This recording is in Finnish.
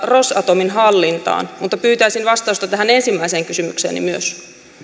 rosatomin hallintaan mutta pyytäisin vastausta tähän ensimmäiseen kysymykseeni myös